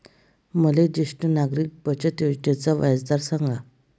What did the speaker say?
मले ज्येष्ठ नागरिक बचत योजनेचा व्याजदर सांगा